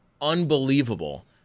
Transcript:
unbelievable